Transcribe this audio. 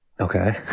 okay